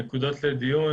נקודות לדיון,